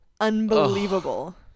unbelievable